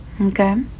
okay